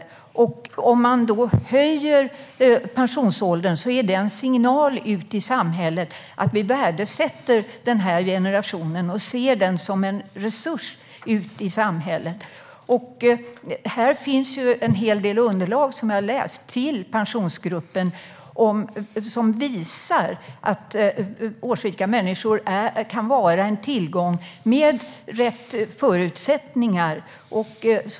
Om man då höjer pensionsåldern blir det en signal ut till samhället om att vi värdesätter denna generation och ser den som en resurs i samhället. Här finns en hel del underlag, som jag har läst, till Pensionsgruppen. De visar att årsrika människor kan vara en tillgång om förutsättningarna är rätt.